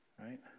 Right